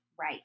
right